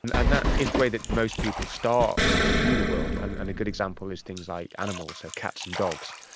and and that is the way that most people start to view the world, and and a good example is things like animals, so cats and dogs.